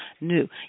new